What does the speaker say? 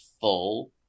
full